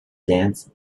dance